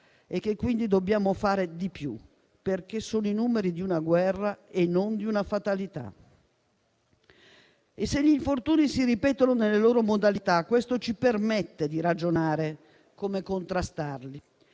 e che quindi dobbiamo fare di più, perché sono i numeri di una guerra e non di una fatalità. Se gli infortuni si ripetono nelle loro modalità, questo ci permette di ragionare su come contrastarli